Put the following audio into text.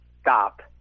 Stop